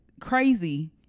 crazy